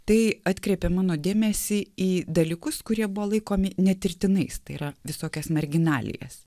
tai atkreipė mano dėmesį į dalykus kurie buvo laikomi netirtinais tai yra visokias marginalijas